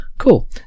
Cool